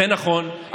זה נכון,